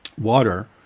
water